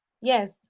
yes